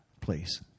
please